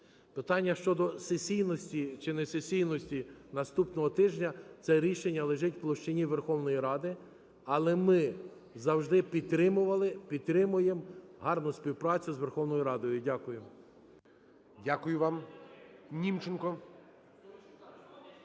Питання щодо сесійності чи несесійності наступного тижня – це рішення лежить в площині Верховної Ради. Але ми завжди підтримували, підтримуємо гарну співпрацю з Верховною Радою. Дякую. ГОЛОВУЮЧИЙ. Дякую вам. Німченко.